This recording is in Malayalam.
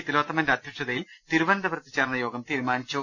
തിലോത്തമന്റെ അധ്യക്ഷതയിൽ തിരുവനന്തപുരത്ത് ചേർന്ന യോഗം തീരുമാനിച്ചു